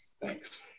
thanks